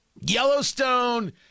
Yellowstone